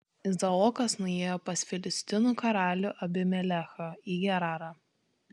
izaokas nuėjo pas filistinų karalių abimelechą į gerarą